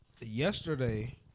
yesterday